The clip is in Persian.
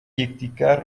یکدیگر